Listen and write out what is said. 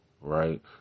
right